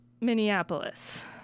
Minneapolis